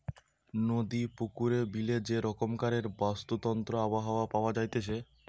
নদী, পুকুরে, বিলে যে রকমকারের বাস্তুতন্ত্র আবহাওয়া পাওয়া যাইতেছে